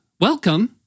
welcome